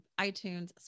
iTunes